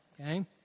okay